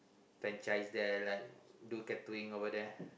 franchise there like do tattooing over there